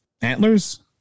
antlers